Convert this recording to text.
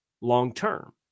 long-term